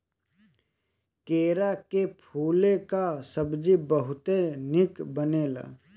केरा के फूले कअ सब्जी बहुते निक बनेला